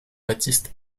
baptiste